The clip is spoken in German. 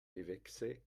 gewächse